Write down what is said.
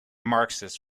marxist